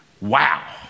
Wow